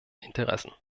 interessen